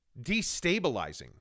destabilizing